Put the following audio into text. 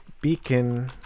Beacon